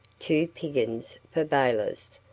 two piggins for balers,